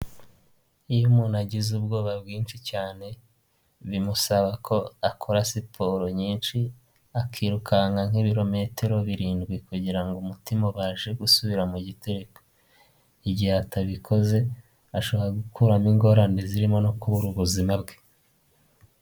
Iyo umuntu agize ubwoba bwinshi cyane, bimusaba ko akora siporo nyinshi, akirukanka nk'ibirometero birindwi kugira ngo umutima ubashe gusubira mu gitereko. Igihe atabikoze ashobora gukuramo ingorane zirimo no kubura ubuzima bwe.